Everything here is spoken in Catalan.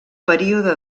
període